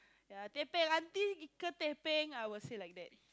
ya teh bing auntie 一个: yi ge teh bing I will say like that